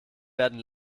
werden